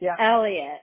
Elliot